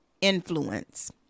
influence